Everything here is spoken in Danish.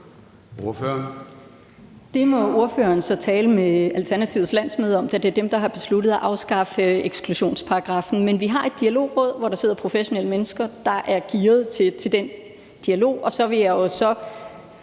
Det må hr. Peter Kofod så tale med Alternativets landsmøde om, da det er dem, der har besluttet at afskaffe ekslusionsparagraffen. Men vi har et dialogråd, hvor der sidder professionelle mennesker, der er gearet til den dialog. Og så vil jeg sige,